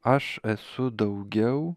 aš esu daugiau